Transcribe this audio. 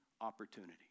opportunity